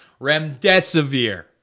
remdesivir